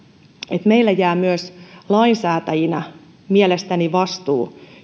että meille jää myös lainsäätäjinä mielestäni vastuu